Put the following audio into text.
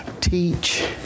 teach